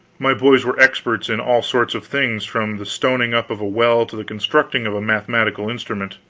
my boys were experts in all sorts of things, from the stoning up of a well to the constructing of a mathematical instrument.